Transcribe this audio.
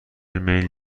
میل